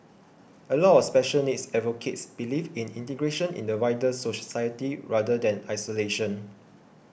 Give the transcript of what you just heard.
a lot of special needs advocates believe in integration in the wider society rather than isolation